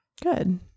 good